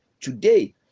today